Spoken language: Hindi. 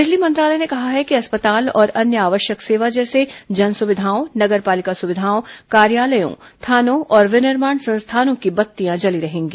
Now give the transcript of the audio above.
बिजली मंत्रालय ने कहा है कि अस्पताल और अन्य आवश्यक सेवा जैसे जनसुविधाओं नगर पालिका सुविधाओं कार्यालयों थानों और विनिर्माण संस्थानों की बत्तियां जली रहेंगी